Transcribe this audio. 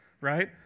right